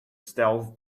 stealth